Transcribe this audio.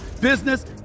business